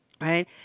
right